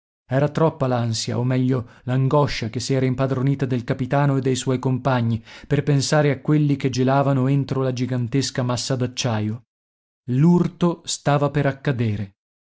era troppa l'ansia o meglio l'angoscia che si era impadronita del capitano e dei suoi compagni per pensare a quelli che gelavano entro la gigantesca massa d'acciaio l'urto stava per accadere